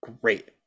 great